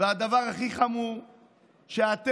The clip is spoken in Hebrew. והדבר הכי חמור הוא שאתם,